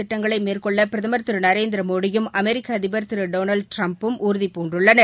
திட்டங்களை மேற்கொள்ள பிரதமா் திரு நரேந்திரமோடியும் அமெரிக்க அதிபா் திரு டொனால்டு ட்டிரம்பும் உறுதிபூண்டுள்ளனர்